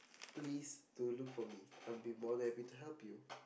please do look for me I'll be more than happy to help you